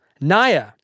Naya